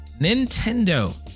Nintendo